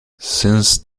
since